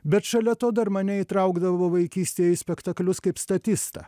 bet šalia to dar mane įtraukdavo vaikystėj į spektaklius kaip statistą